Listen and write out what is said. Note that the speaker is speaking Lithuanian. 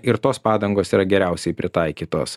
ir tos padangos yra geriausiai pritaikytos